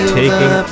taking